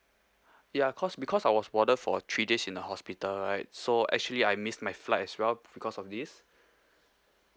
ya cause because I was warded for three days in the hospital right so actually I miss my flight as well because of this